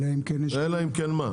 אלא אם כן --- אלא אם כן מה?